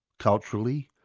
culturally,